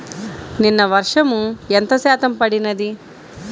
నిన్న వర్షము ఎంత శాతము పడినది?